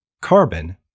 carbon